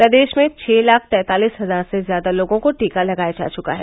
प्रदेश में छः लाख तैंतालीस हजार से ज्यादा लोगों को टीका लगाया जा चुका है